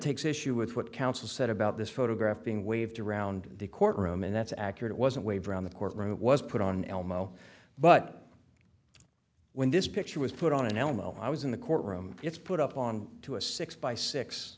takes issue with what counsel said about this photograph being waved around the courtroom and that's accurate wasn't waved around the courtroom was put on elmo but when this picture was put on an elmo i was in the courtroom it's put up on to a six by six